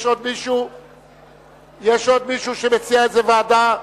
יש עוד מישהו שמציע איזה ועדה?